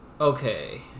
okay